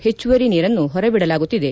ಹೆಚ್ಚುವರಿ ನೀರನ್ನು ಹೊರಬಿಡಲಾಗುತ್ತಿದೆ